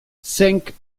cinq